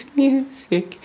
music